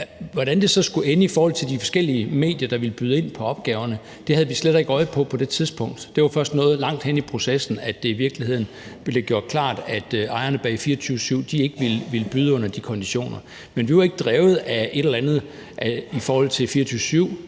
Hvordan det så skulle ende i forhold til de forskellige medier, der ville byde ind på opgaverne, havde vi slet ikke øje for på det tidspunkt. Det var først noget, der blev gjort klart langt henne i processen, altså at ejerne bag Radio24syv ikke ville byde under de konditioner. Men vi var ikke drevet af et eller andet i forhold til